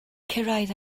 cyrraedd